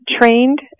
trained